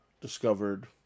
discovered